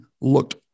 looked